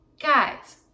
Guys